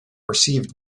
received